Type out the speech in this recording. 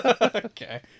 Okay